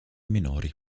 minori